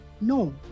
no